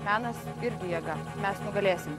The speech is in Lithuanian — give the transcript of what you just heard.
menas irgi jėga mes nugalėsim